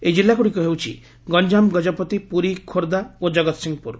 ଏହା ଜିଲ୍ଲାଗୁଡ଼ିକ ହେଉଚି ଗଞ୍ଠାମ ଗଜପତି ପୁରୀ ଖୋର୍ବ୍ଧା ଓ ଜଗତସିଂହପୁର